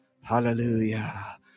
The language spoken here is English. Hallelujah